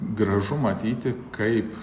gražu matyti kaip